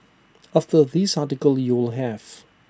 after this article you will have